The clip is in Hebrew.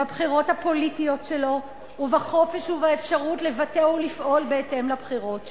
בבחירות הפוליטיות שלו ובחופש ובאפשרות לבטא ולפעול בהתאם לבחירות שלו.